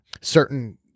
certain